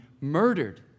murdered